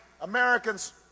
Americans